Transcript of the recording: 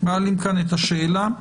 מעלים כאן את השאלה.